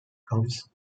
comes